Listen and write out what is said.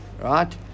Right